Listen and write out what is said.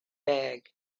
bag